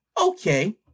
okay